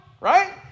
right